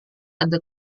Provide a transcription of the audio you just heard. ada